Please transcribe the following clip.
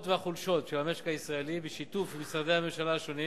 והחולשות של המשק הישראלי בשיתוף עם משרדי הממשלה השונים